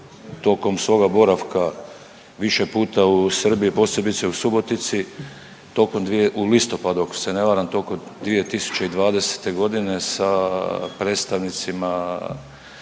tokom svoga boravka više puta u Srbiji, posebice u Subotici tokom .../nerazumljivo/... u listopadu, ako se ne varam tokom 2020. g. sa predstavnicima